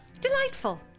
Delightful